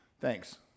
Thanks